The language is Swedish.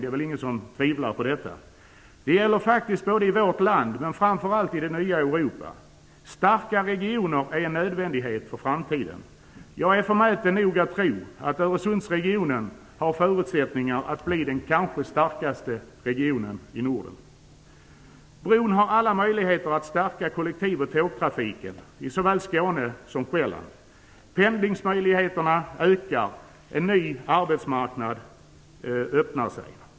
Det är det väl ingen som tvivlar på. Det här gäller i vårt land men framför allt i det nya Europa. Starka regioner är en nödvändighet för framtiden. Jag är förmäten nog att tro att Öresundsregionen har förutsättningar att bli den starkaste regionen i Bron har alla möjligheter att stärka kollektiv och tågtrafiken i såväl Skåne som Själland. Pendlingsmöjligheterna ökar. En ny arbetsmarknad öppnar sig.